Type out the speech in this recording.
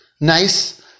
nice